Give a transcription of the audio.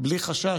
בלי חשש,